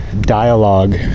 dialogue